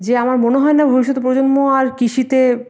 যে আমার মনে হয় না ভবিষ্যৎ প্রজন্ম আর কৃষিতে